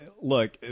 look